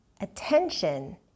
Attention